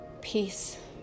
peace